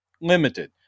limited